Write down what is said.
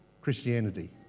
Christianity